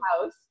house